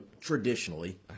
traditionally